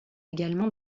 également